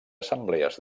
assemblees